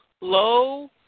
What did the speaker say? low